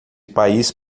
país